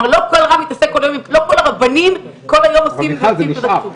כלומר לא כל הרבנים כל היום מבצעים את הכשרות.